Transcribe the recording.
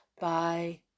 Bye